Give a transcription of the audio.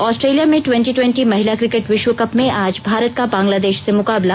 Australia में twenty twenty महिला cricket विश्व कप में आज भारत का बंगलादेश से मुकाबला